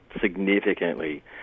significantly